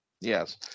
yes